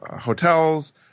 hotels